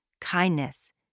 kindness